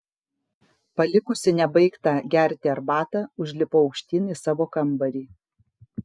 palikusi nebaigtą gerti arbatą užlipau aukštyn į savo kambarį